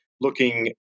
Looking